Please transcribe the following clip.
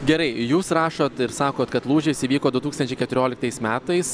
gerai jūs rašot ir sakot kad lūžis įvyko du tūkstančiai keturioliktais metais